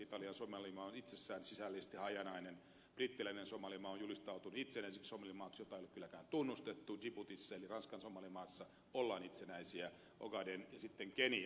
italian somalimaa on itsessään sisäisesti hajanainen brittiläinen somalimaa on julistautunut itsenäiseksi somalimaaksi jota ei ole kylläkään tunnustettu djiboutissa eli ranskan somalimaassa ollaan itsenäisiä on ogaden ja sitten kenia